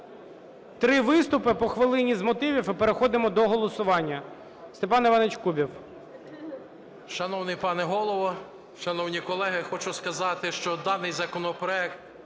Три виступи по хвилині з мотивів, і переходимо до голосування. Степан Іванович Кубів.